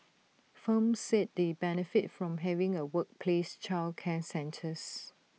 firms said they benefit from having A workplace childcare centres